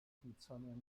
smithsonian